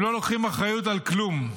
הם לא לוקחים אחריות על כלום.